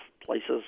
places